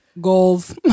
Goals